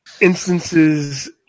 instances